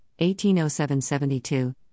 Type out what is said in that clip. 1807-72